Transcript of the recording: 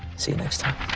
see you next time.